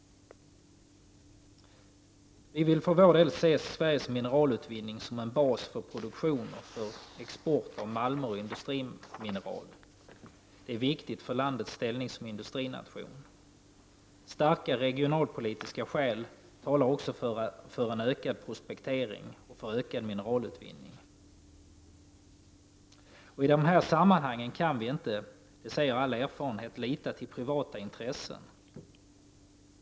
Vi för vår del vill se Sveriges mineralutvinning som en bas för produktion och för export av malmer och industrimineral. Detta är viktigt för landets ställning som industrination. Starka regionalpolitiska skäl talar också för ökad prospektering och ökad mineralutvinning. I de här sammanhangen kan vi inte — det säger all erfarenhet — lita till privata intressen.